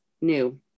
new